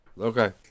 Okay